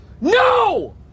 No